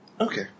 okay